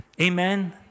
Amen